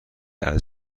عرضه